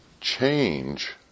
change